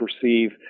perceive